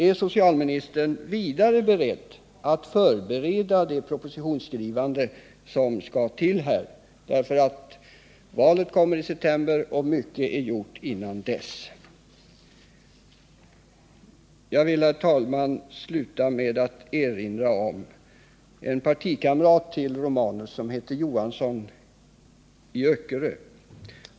Är socialministern vidare beredd att förbereda propositionsskrivandet? Vi har ju val i september men mycket kan göras innan dess. Jag vill, herr talman, sluta med att erinra om en partikamrat till Gabriel Romanus som hette Johansson i Öckerö.